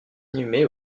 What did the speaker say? inhumé